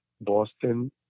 Boston